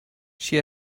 she